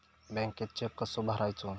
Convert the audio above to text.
बँकेत चेक कसो भरायचो?